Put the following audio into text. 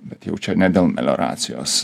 bet jau čia ne dėl melioracijos